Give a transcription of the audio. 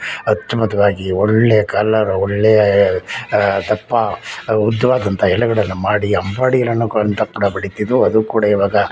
ಅದ್ಬುತವಾಗಿ ಒಳ್ಳೆಯ ಕಲ್ಲರ್ ಒಳ್ಳೆಯ ದಪ್ಪ ಉದ್ದವಾದಂಥ ಎಲೆಗಳನ್ನು ಮಾಡಿ ಅಂಬಾಡಿ ಬಡಿತಿದ್ವು ಅದು ಕೂಡ ಇವಾಗ